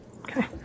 Okay